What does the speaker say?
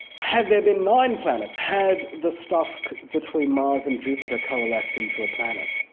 had there been nine planets, had the stuff between mars and jupiter coalesced into a planet,